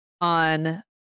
on